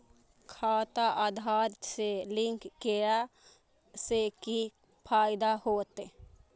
खाता आधार से लिंक केला से कि फायदा होयत?